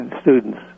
students